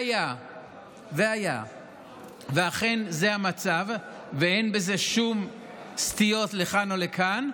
והיה שאכן זה המצב ואין בזה שום סטיות לכאן או לכאן,